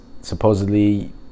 supposedly